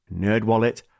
NerdWallet